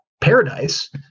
paradise